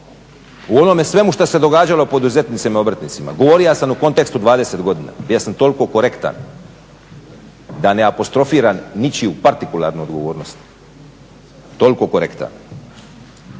u onome svemu što se događalo poduzetnicima, obrtnicima, govorio sam u kontekstu 20 godina, bio sam toliko korektan da ne apostrofiram ničiju partikularnu odgovornost. Toliko korektan.